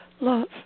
love